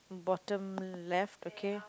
bottom left okay